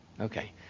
Okay